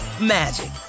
magic